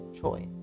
choice